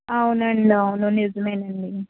అవునండి అవును నిజమే అండి